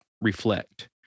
reflect